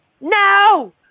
no